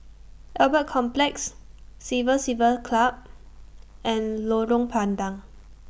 Albert Complex Civil Service Club and Lorong